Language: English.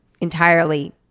entirely